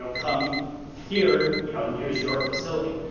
come here you know and use your facility.